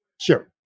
Sure